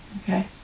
Okay